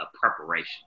preparation